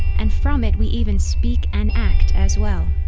and from it we even speak and act as well.